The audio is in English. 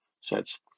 sets